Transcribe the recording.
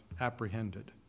apprehended